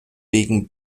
wegen